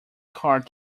hard